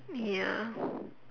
ya